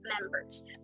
members